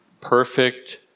perfect